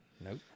Nope